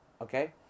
Okay